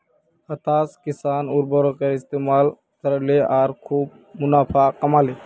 हताश किसान उर्वरकेर इस्तमाल करले आर खूब मुनाफ़ा कमा ले